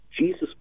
Jesus